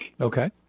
Okay